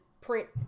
print